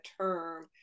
term